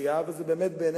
חייב לומר לך,